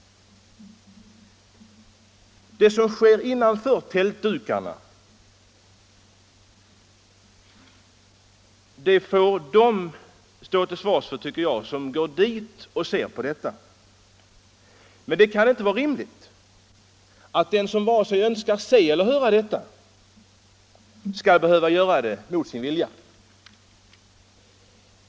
Det som sker innanför tältdukarna får de stå till svars för som går dit för att se på föreställningarna, men det kan inte vara rimligt att den som inte önskar vare sig se eller höra sådant skall behöva göra det mot sin vilja.